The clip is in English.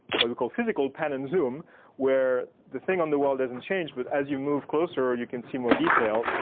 what you call, physical pattern zoom where the thing on the wall doesn't change but as you move closer you can see more detail.